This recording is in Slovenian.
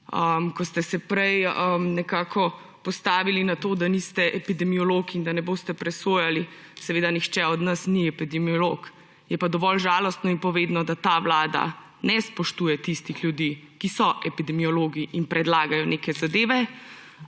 Ko ste se prej nekako postavili na to, da niste epidemiolog in da ne boste presojali; seveda nihče od nas ni epidemiolog, je pa dovolj žalostno in povedno, da ta vlada ne spoštuje tistih ljudi, ki so epidemiologi in predlagajo neke zadeve,